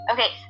Okay